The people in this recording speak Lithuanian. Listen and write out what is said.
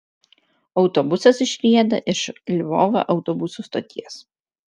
autobusas išrieda iš lvovo autobusų stoties